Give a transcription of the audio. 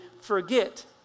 forget